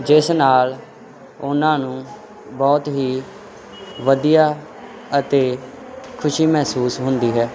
ਜਿਸ ਨਾਲ ਉਹਨਾਂ ਨੂੰ ਬਹੁਤ ਹੀ ਵਧੀਆ ਅਤੇ ਖੁਸ਼ੀ ਮਹਿਸੂਸ ਹੁੰਦੀ ਹੈ